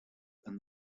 and